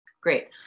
Great